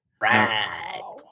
right